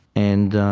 and